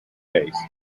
base